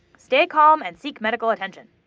stay calm, and seek medical attention.